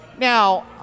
Now